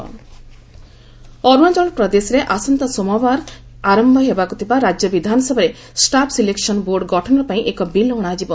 Arunachal SSB Arunachal ପ୍ରଦେଶରେ ଆସନ୍ତା ସୋମବାର ଆରମ୍ଭ ହେବାକୁ ଥିବା ରାଜ୍ୟ ବିଧାନସଭାରେ ଷ୍ଟାଫ୍ ସିଲେକସନ ବୋର୍ଡ ଗଠନ ପାଇଁ ଏକ ବିଲ୍ ଅଣାଯିବ